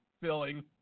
filling